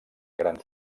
grans